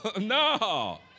No